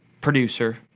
producer